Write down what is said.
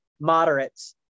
moderates